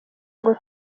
ngo